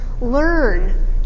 learn